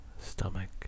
stomach